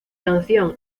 canción